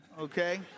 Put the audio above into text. okay